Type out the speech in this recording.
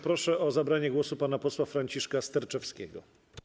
Proszę o zabranie głosu pana posła Franciszka Sterczewskiego.